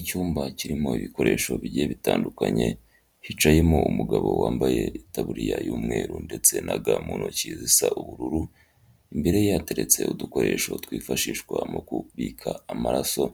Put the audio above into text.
Icyumba kirimo ibikoresho bigiye bitandukanye hicayemo umugabo wambaye itabuririya y'umweru ndetse na ga mu ntoki zisa ubururu, imbere ye hateretse udukoresho twifashishwa mu kubika amaraso